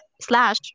slash